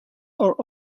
are